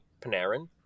Panarin